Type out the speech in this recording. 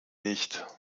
nicht